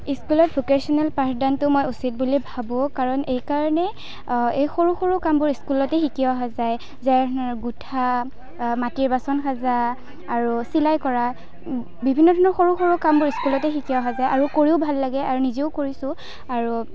স্কুলত ভোকেশ্যনেল পাঠদানটো মই উচিত বুলি ভাবোঁ কাৰণ এইকাৰণেই এই সৰু সৰু কামবোৰ স্কুলতেই শিকি অহা যায় যেনে গুঠা মাটিৰ বাচন সাজা আৰু চিলাই কৰা বিভিন্ন ধৰণৰ সৰু সৰু কামবোৰ স্কুলতে শিকি অহা হয় কৰিও ভাল লাগে আৰু নিজেও কৰিছোঁ আৰু